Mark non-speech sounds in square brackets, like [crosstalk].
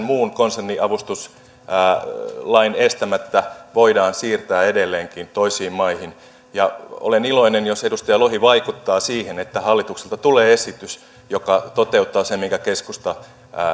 [unintelligible] muun konserniavustuslain estämättä voidaan siirtää edelleenkin toisiin maihin olen iloinen jos edustaja lohi vaikuttaa siihen että hallitukselta tulee esitys joka toteuttaa sen mitä keskusta